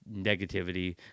negativity